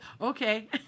Okay